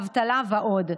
אבטלה ועוד,